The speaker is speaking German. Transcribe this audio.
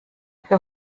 für